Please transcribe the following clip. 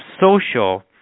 social